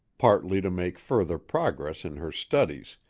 partly to make further progress in her studies,